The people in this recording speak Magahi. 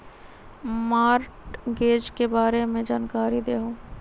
मॉर्टगेज के बारे में जानकारी देहु?